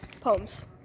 poems